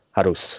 Harus